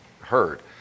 heard